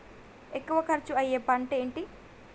ఎక్కువ ఖర్చు అయ్యే పంటేది?